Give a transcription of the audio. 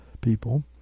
people